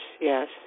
yes